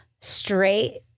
straight